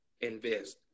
invest